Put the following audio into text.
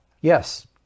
Yes